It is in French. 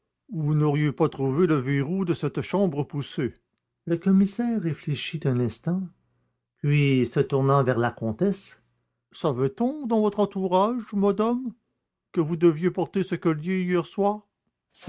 vous n'auriez pas trouvé le verrou de cette chambre poussé le commissaire réfléchit un instant puis se tournant vers la comtesse savait-on dans votre entourage madame que vous deviez porter ce collier hier soir